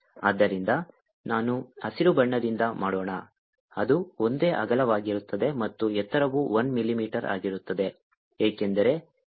ಆದ್ದರಿಂದ ನಾನು ಹಸಿರು ಬಣ್ಣದಿಂದ ಮಾಡೋಣ ಅದು ಒಂದೇ ಅಗಲವಾಗಿರುತ್ತದೆ ಮತ್ತು ಎತ್ತರವು 1 ಮಿಲಿಮೀಟರ್ ಆಗಿರುತ್ತದೆ ಏಕೆಂದರೆ ಪ್ರತಿಫಲಿತ ಅಂಪ್ಲಿಟ್ಯೂಡ್ ಕಡಿಮೆಯಾಗಿದೆ